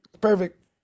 Perfect